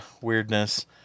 weirdness